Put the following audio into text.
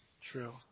True